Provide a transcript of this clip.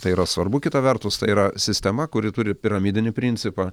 tai yra svarbu kita vertus tai yra sistema kuri turi piramidinį principą